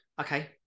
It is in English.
Okay